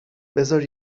بزار